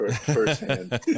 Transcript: firsthand